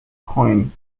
coin